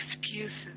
excuses